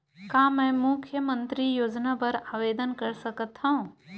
का मैं मुख्यमंतरी योजना बर आवेदन कर सकथव?